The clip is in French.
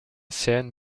sean